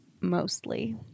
mostly